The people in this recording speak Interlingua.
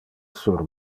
sur